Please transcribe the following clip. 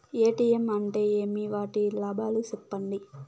ATM అంటే ఏమి? వాటి లాభాలు సెప్పండి?